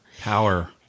Power